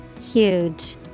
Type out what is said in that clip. Huge